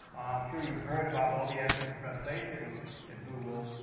i'm sure you've heard about all the efforts at translation at google.